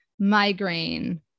migraine